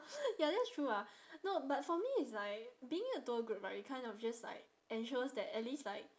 ya that's true ah no but for me it's like being in a tour group right it kind of just like ensures that at least like